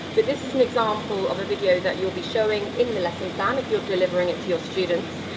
but this is an example of a video that you'll be showing in the lesson plan, if you're delivering it to your students,